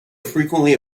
frequently